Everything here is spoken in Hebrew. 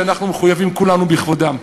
שאנחנו מחויבים כולנו בכבודם.